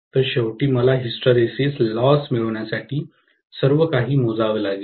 तर शेवटी मला हिस्ट्रॅरिसिस लॉस मिळवण्यासाठी सर्व काही मोजावे लागेल